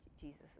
Jesus